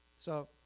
so